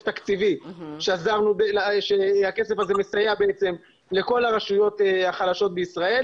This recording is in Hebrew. תקציבי והכסף הזה מסייע לכל הרשויות החלשות בישראל,